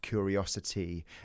curiosity